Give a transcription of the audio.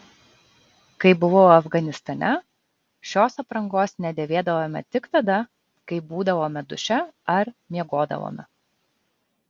kai buvau afganistane šios aprangos nedėvėdavome tik tada kai būdavome duše ar miegodavome